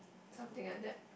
something like that